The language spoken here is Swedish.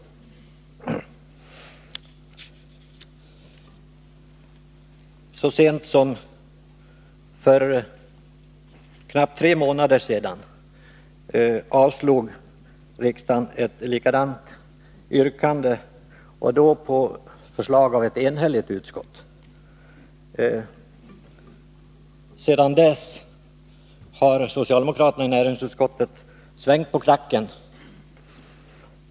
Så sent som för knappt tre månader sedan avslog riksdagen ett likadant yrkande, och då på förslag av ett enhälligt utskott. Sedan dess har socialdemokraterna i näringsutskottet svängt på klacken.